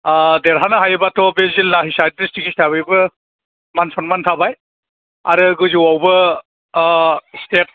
ओ देरहानो हायोबाथ' बे जिल्ला हिसाबै दिस्ट्रिक्ट हिसाबैबो मान सनमान थाबाय आरो गोजौआवबो ओ स्टेट